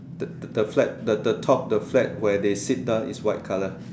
the the the flat the the top the flat where they sit down is white colour